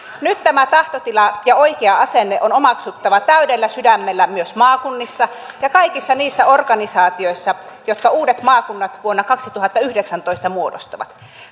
nyt tämä tahtotila ja oikea asenne on omaksuttava täydellä sydämellä myös maakunnissa ja kaikissa niissä organisaatioissa jotka uudet maakunnat vuonna kaksituhattayhdeksäntoista muodostavat